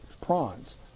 prawns